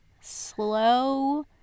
slow